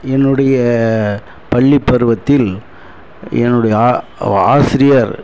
என்னுடைய பள்ளிப்பருவத்தில் என்னுடைய ஆசிரியர்